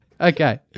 Okay